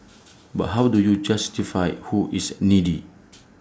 but how do you justify who is needy